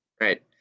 right